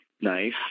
Nice